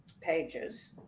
pages